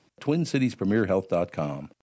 TwinCitiesPremierHealth.com